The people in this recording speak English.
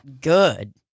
good